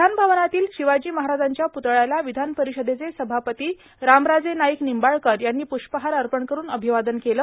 विधान भवनातील शिवाजी महाराजांच्या प्तळ्याला विधान परिषदेचे सभापती रामराजे नाईक निंबाळकर यांनी प्ष्पहार अर्पण करून अभिवादन केलं